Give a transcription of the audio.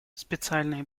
специальные